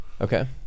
Okay